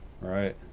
right